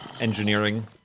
engineering